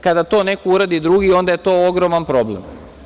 Kada to neko drugi uradi, onda je to ogroman problem.